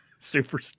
Super